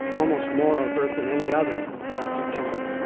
almost more overt than any other, last september,